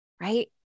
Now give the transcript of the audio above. right